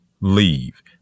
leave